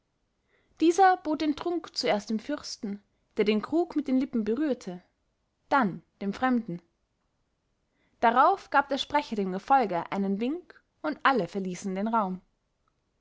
dieser bot den trunk zuerst dem fürsten der den krug mit den lippen berührte dann dem fremden darauf gab der sprecher dem gefolge einen wink und alle verließen den raum